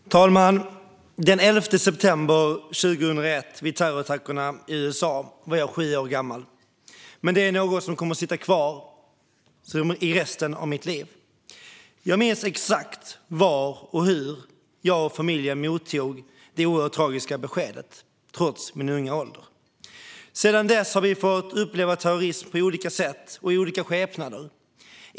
Fru talman! Den 11 september 2001 vid terrorattackerna i USA var jag sju år gammal, men de kommer att sitta kvar i mitt minne resten av mitt liv. Jag minns exakt var och hur jag och familjen mottog det oerhört tragiska beskedet, trots min unga ålder. Sedan dess har vi fått uppleva terrorism på olika sätt och i olika skepnader.